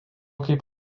kaip